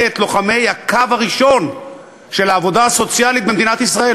את לוחמי הקו הראשון של העבודה הסוציאלית במדינת ישראל.